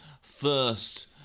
first